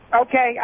Okay